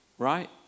Right